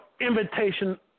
invitation